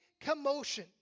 commotion